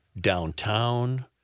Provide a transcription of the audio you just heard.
Downtown